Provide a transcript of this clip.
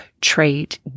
trait